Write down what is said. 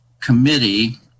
committee